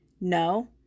No